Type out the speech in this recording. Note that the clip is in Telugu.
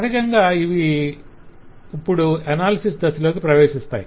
సహజంగా ఇవి ఇప్పుడు అనాలిసిస్ దశలోకి ప్రవేశిస్తాయి